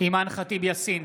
אימאן ח'טיב יאסין,